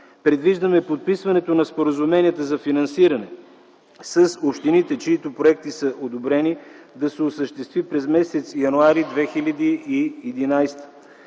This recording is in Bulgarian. Предвиждаме подписването на Споразумението за финансиране с общините, чиито проекти са одобрени да се осъществи през м. януари 2011